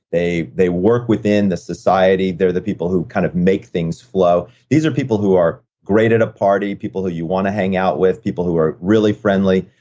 they they work within the society. they're the people who kind of make things flow. these are people who are great at a party, people who you want to hang out with, people who are really friendly.